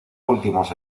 últimos